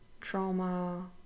trauma